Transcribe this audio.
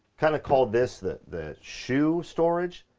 kind of called this, that the shoe storage,